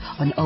on